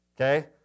okay